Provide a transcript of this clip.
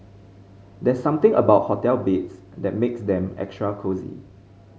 there's something about hotel beds that makes them extra cosy